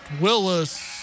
Willis